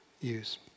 use